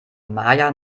maja